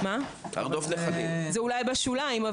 זה אולי בשוליים,